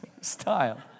style